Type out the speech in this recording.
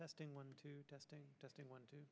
testing one two testing testing one t